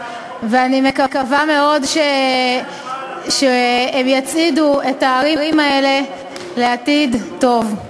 אני מקווה מאוד שהם יצעידו את הערים האלה לעתיד טוב.